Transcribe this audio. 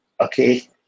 okay